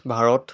Bharat